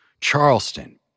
Charleston